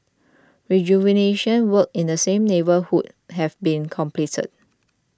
rejuvenation works in the same neighbourhood have been completed